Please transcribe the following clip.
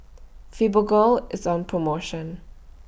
Fibogel IS on promotion